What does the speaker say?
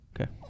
Okay